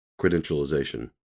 credentialization